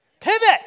Pivot